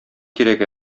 кирәк